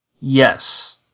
Yes